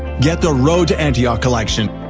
get the road to antioch collection,